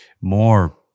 more